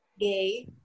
gay